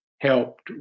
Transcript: helped